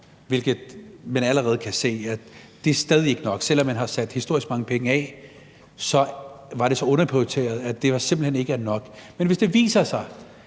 hvilket man allerede kan se – at det stadig ikke er nok, at selv om man har sat historisk mange penge af, har området været så underprioriteret, at det simpelt hen ikke er nok, og at der inden for